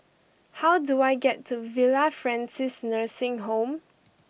how do I get to Villa Francis Nursing Home